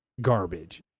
garbage